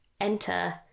enter